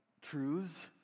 truths